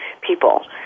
people